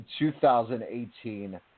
2018